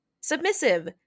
submissive